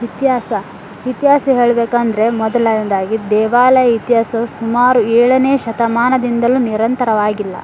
ಇತಿಹಾಸ ಇತಿಹಾಸ ಹೇಳಬೇಕಂದ್ರೆ ಮೊದಲನೆದಾಗಿ ದೇವಾಲಯ ಇತಿಹಾಸವು ಸುಮಾರು ಏಳನೇ ಶತಮಾನದಿಂದಲೂ ನಿರಂತರವಾಗಿಲ್ಲ